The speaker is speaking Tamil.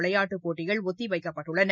விளையாட்டுப் போட்டிகள் ஒத்தி வைக்கப்பட்டுள்ளன